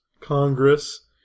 Congress